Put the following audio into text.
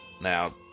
Now